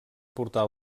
portar